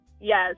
Yes